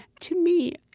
to me,